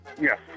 Yes